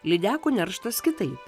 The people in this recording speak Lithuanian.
lydekų nerštas kitaip